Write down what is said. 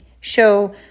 show